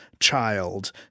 child